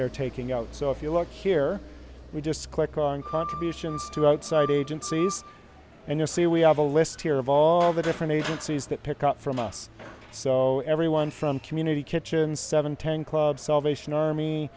they're taking out so if you look here we just click on contributions to outside agencies and you see we have a list here of all the different agencies that pick up from us so everyone from community kitchen seven ten club salvation army